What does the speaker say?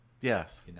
Yes